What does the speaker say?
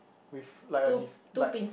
with like a def~ like